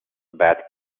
bat